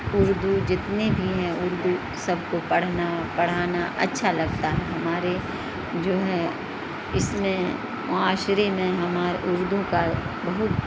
اردو جتنے بھی ہیں اردو سب کو پڑھنا پڑھانا اچھا لگتا ہے ہمارے جو ہیں اس میں معاشرے میں ہمار اردو کا بہت